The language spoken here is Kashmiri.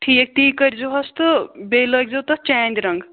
ٹھیٖک تی کٔرۍزِہوس تہٕ بیٚیہِ لٲگۍزیٚو تَتھ چانٛدِ رنٛگ